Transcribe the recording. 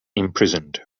imprisoned